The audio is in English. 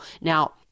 Now